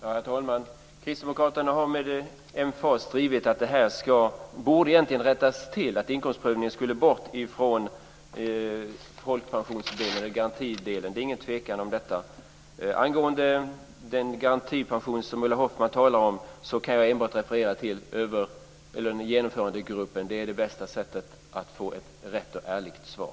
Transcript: Herr talman! Kristdemokraterna har med emfas drivit att det här egentligen borde rättas till och att inkomstprövningen borde tas bort från garantidelen. Det är ingen tvekan om detta. Angående den garantipension som Ulla Hoffmann talar om kan jag enbart referera till Genomförandegruppen. Det är det bästa sättet att få ett riktigt och ärligt svar.